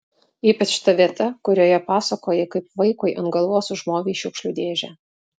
ypač ta vieta kurioje pasakoji kaip vaikui ant galvos užmovei šiukšlių dėžę